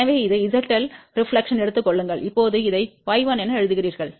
எனவே இது zL பிரதிபலிப்பை எடுத்துக் கொள்ளுங்கள் இப்போது இதை y1 என எழுதுகிறீர்கள்